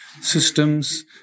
systems